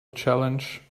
challenge